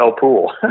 pool